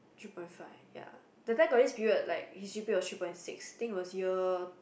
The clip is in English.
three point five ya that got this period like his g_p_a was three point six think was year